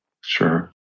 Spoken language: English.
Sure